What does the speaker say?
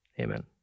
amen